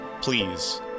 please